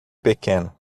pequeno